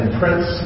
prince